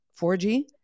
4G